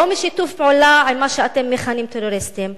לא משיתוף פעולה עם מה שאתם מכנים טרוריסטים.